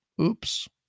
Oops